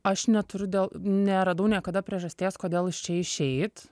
aš neturiu dėl neradau niekada priežasties kodėl iš čia išeit